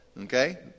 Okay